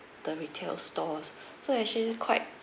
the retail stores so actually quite